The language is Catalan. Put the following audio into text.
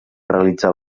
realitzar